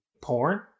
porn